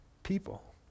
people